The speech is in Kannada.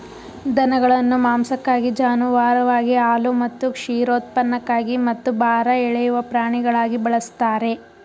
ದನಗಳನ್ನು ಮಾಂಸಕ್ಕಾಗಿ ಜಾನುವಾರುವಾಗಿ ಹಾಲು ಮತ್ತು ಕ್ಷೀರೋತ್ಪನ್ನಕ್ಕಾಗಿ ಮತ್ತು ಭಾರ ಎಳೆಯುವ ಪ್ರಾಣಿಗಳಾಗಿ ಬಳಸ್ತಾರೆ